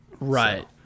Right